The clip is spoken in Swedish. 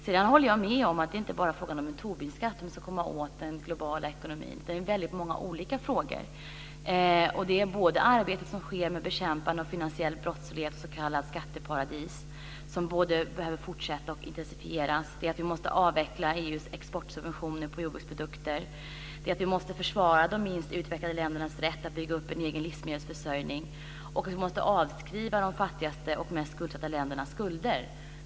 Jag håller med om att det inte bara gäller frågan om en Tobinskatt för att komma åt den globala ekonomin, utan det gäller väldigt många olika frågor. Arbetet med bekämpandet av finansiell brottslighet, s.k. skatteparadis, behöver både fortsätta och intensifieras. Vidare måste vi avveckla EU:s exportsubventioner för jordbruksprodukter och försvara de minst utvecklade ländernas rätt att bygga upp en egen livsmedelsförsörjning. Vi måste också avskriva de fattigaste och mest skuldsatta ländernas skulder.